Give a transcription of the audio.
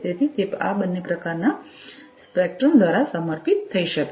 તેથી તે આ બંને પ્રકારના સ્પેક્ટ્રમ દ્વારા સમર્થિત થઈ શકે છે